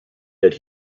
that